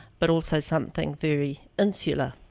but also something very insular.